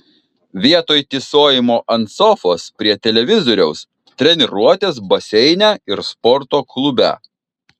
vietoj tysojimo ant sofos prie televizoriaus treniruotės baseine ir sporto klube